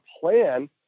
plan